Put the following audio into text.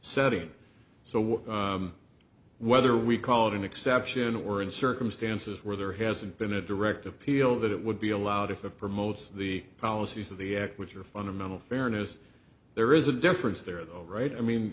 setting so whether we called an exception or in circumstances where there hasn't been a direct appeal that it would be allowed if it promotes the policies of the act which are fundamental fairness there is a difference there right i mean